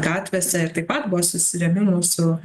gatvėse ir taip pat buvo susirėmimų su